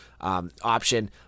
option